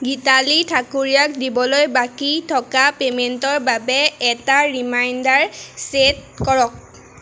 গীতালি ঠাকুৰীয়াক দিবলৈ বাকী থকা পে'মেণ্টৰ বাবে এটা ৰিমাইণ্ডাৰ চেট কৰক